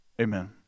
Amen